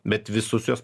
bet visus juos